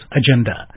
agenda